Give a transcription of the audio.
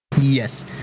Yes